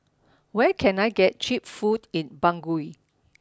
where can I get cheap food in Bangui